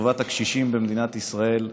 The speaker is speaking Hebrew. לטובת הקשישים במדינת ישראל,